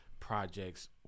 projects